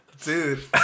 Dude